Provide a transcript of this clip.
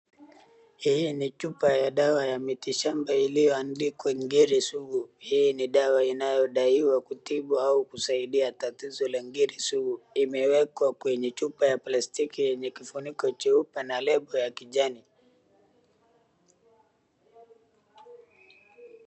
Hii ni chupa ya dawa ya miti shamba iliyoandikwa ngiri sugu. Hii ni dawa inayodaiwa kutibu au kusaidia tatizo la ngiri sugu. Imeekwa kwenye chupa ya plastiki yenye kifiniko cheupe na label ya kijani.